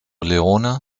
leone